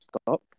stop